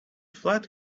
flat